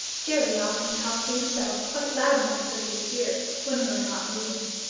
jerry often talked to himself quite loud enough for me to hear when we were not moving.